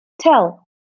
tell